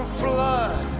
flood